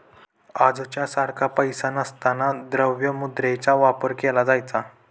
आजच्या सारखा पैसा नसताना द्रव्य मुद्रेचा वापर केला जायचा